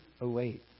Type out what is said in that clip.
await